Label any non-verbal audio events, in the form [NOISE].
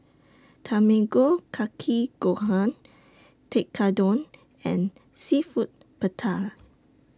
Tamago Kake Gohan Tekkadon and Seafood [UNINTELLIGIBLE]